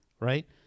right